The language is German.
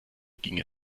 ging